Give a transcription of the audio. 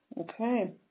Okay